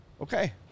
Okay